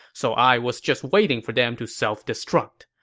so i was just waiting for them to self-destruct.